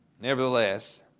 Nevertheless